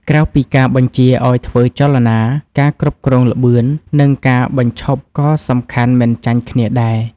ក្រៅពីការបញ្ជាឱ្យធ្វើចលនា ការគ្រប់គ្រងល្បឿន និងការបញ្ឈប់ក៏សំខាន់មិនចាញ់គ្នាដែរ។